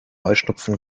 heuschnupfen